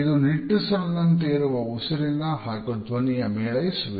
ಇದು ನಿಟ್ಟುಸಿರಿನಂತೆ ಇರುವ ಉಸಿರಿನ ಹಾಗು ಧ್ವನಿಯ ಮೇಳೈಸುವಿಕೆ